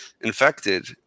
infected